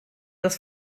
das